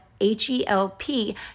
H-E-L-P